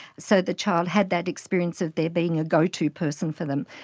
so the child had that experience of there being a go-to person for them.